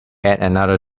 another